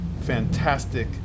fantastic